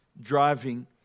driving